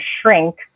shrink